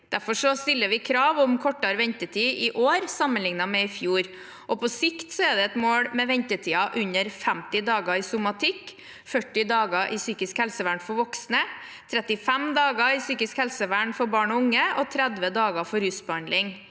Derfor stiller vi krav om kortere ventetider i år sammenlignet med i fjor. På sikt er det et mål med ventetider under 50 dager i somatikk, 40 dager i psykisk helsevern for voksne, 35 dager i psykisk helsevern for barn og unge og 30 dager for rusbehandling.